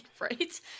right